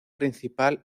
principal